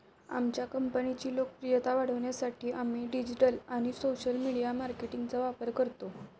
आमच्या कंपनीची लोकप्रियता वाढवण्यासाठी आम्ही डिजिटल आणि सोशल मीडिया मार्केटिंगचा वापर करतो